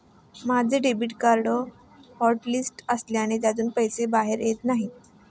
माझे debit card hotlist असल्याने त्यातून पैसे बाहेर येत नाही